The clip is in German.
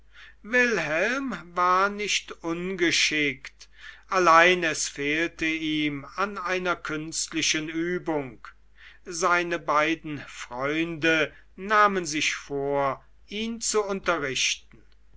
wilhelm war nicht ungeschickt allein es fehlte ihm an einer künstlichen übung seine beiden freunde nahmen sich vor ihn zu unterrichten